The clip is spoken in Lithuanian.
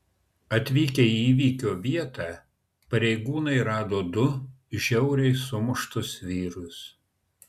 atvykę į įvykio vietą pareigūnai rado du žiauriai sumuštus vyrus